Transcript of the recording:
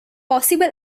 possible